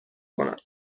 کنم